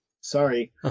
sorry